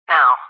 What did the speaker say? Now